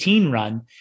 run